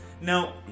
Now